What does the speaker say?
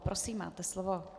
Prosím, máte slovo.